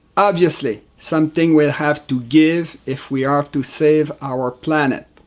obviously, something will have to give if we are to save our planet.